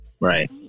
right